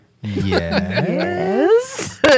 Yes